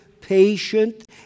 patient